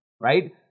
right